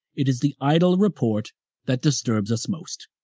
it is the idle report that disturbs us most.